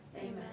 Amen